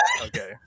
Okay